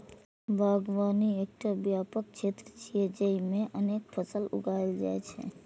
बागवानी एकटा व्यापक क्षेत्र छियै, जेइमे अनेक फसल उगायल जाइ छै